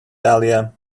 dahlia